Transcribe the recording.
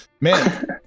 Man